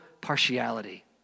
partiality